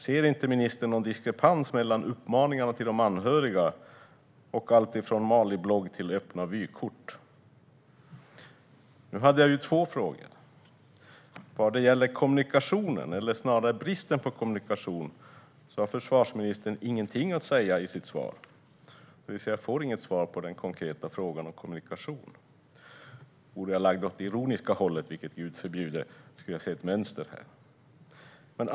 Ser inte ministern någon diskrepans mellan uppmaningarna till de anhöriga och alltifrån Maliblogg till öppna vykort? Jag hade två frågor. Vad gäller kommunikationen, eller snarare bristen på kommunikation, har försvarsministern ingenting att säga i sitt svar. Jag får alltså inget svar på den konkreta frågan om kommunikation. Vore jag lagd åt det ironiska hållet, vilket Gud förbjude, skulle jag se ett mönster här.